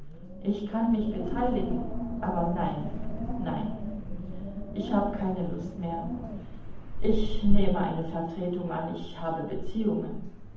ich kann mich beteiligen aber nein nein ich hab keine lust mehr ich nehme eine vertretung an ich habe beziehungen